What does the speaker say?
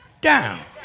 down